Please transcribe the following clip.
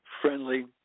friendly